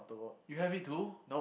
you have it too